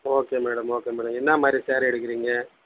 okay madam okay madam என்ன மாதிரி ஸேரீ எடுக்கிறீங்க